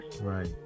Right